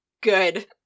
Good